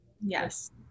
Yes